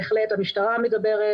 בהחלט המשטרה מדברת.